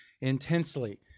intensely